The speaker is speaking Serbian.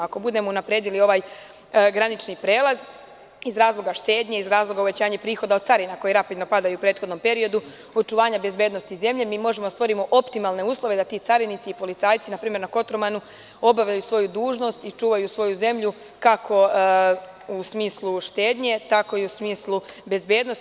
Ako budemo unapredili ovaj granični prelaz iz razloga štednje, iz razloga uvećanja prihoda od carina koje rapidno padaju u prethodnom periodu, očuvanja bezbednosti zemlji, mi možemo da stvorimo optimalne uslove da ti carinici i policajci, na primer, na Kotromanu obavljaju svoju dužnost i čuvaju svoju zemlju kako u smislu štednje, tako i u smislu bezbednosti.